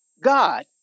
God